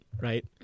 right